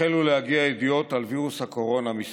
החלו להגיע ידיעות על וירוס הקורונה מסין.